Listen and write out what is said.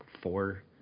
four